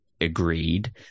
agreed